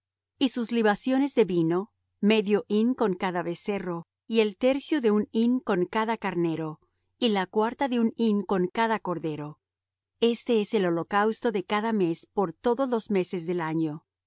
y sus libaciones de vino medio hin con cada becerro y el tercio de un hin con cada carnero y la cuarta de un hin con cada cordero este es el holocausto de cada mes por todos los meses del año